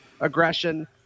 aggression